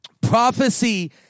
prophecy